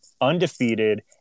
undefeated